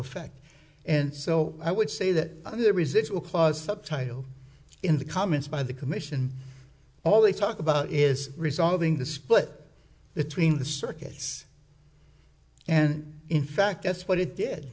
effect and so i would say that the residual clause subtitle in the comments by the commission all the talk about is resolving the split between the circuits and in fact that's what it did